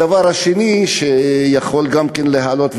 הדבר השני שיכול גם כן להעלות,